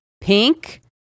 Pink